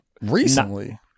recently